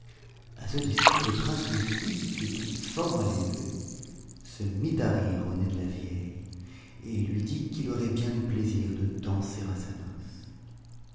à ce discours le prince mirtil qui était fort mal élevé se mit à rire au nez de la vieille et lui dit qu'il aurait bien du plaisir de danser à sa noce